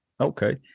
Okay